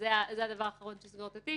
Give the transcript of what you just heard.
וזה הדבר האחרון שיסגור את התיק.